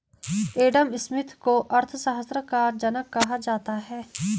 Adam Smith को अर्थशास्त्र का जनक कहा जाता है